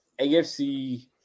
AFC